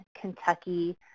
Kentucky